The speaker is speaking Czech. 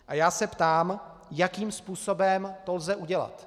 A já se ptám, jakým způsobem to lze udělat.